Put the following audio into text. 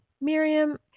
Miriam